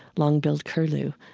long-billed curlew,